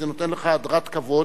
זה נותן לך הדרת כבוד.